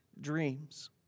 dreams